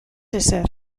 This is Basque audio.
ezer